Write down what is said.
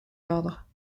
l’ordre